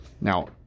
Now